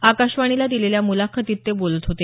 आकाशवाणीला दिलेल्या मुलाखतीत ते बोलत होते